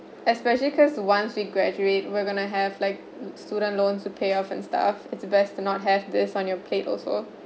especially cause once we graduate we're going to have like student loans to pay off and stuff it's best to not have this on your plate also